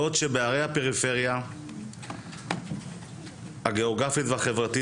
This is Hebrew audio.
בעוד שבערי הפריפריה הגיאוגרפית והחברתית